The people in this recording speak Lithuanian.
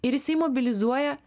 ir jisai mobilizuoja